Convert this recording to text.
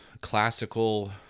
classical